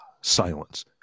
silence